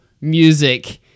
music